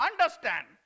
understand